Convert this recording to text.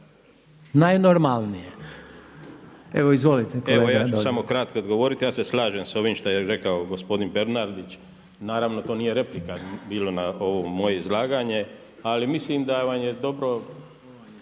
Goran (HDS)** Evo ja ću samo kratko odgovoriti. Ja se slažem sa ovim što je rekao gospodin Bernardić. Naravno to nije replika bilo na ovo moje izlaganje. Ali mislim da vam je dobro